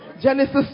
Genesis